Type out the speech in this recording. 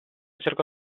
cercò